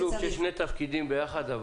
זה שילוב של שני תפקידים ביחד.